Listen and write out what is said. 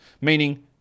Meaning